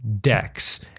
decks